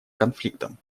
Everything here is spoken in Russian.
конфликтам